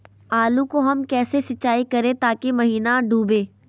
आलू को हम कैसे सिंचाई करे ताकी महिना डूबे?